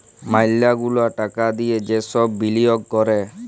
ম্যালা গুলা টাকা দিয়ে যে সব বিলিয়গ ক্যরে